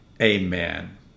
Amen